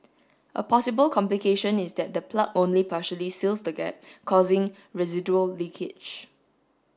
a possible complication is that the plug only partially seals the gap causing residual leakage